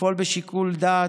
לפעול בשיקול דעת,